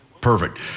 Perfect